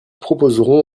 proposerons